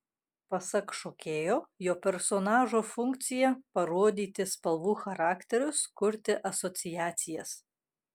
pasak šokėjo jo personažo funkcija parodyti spalvų charakterius kurti asociacijas